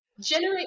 generate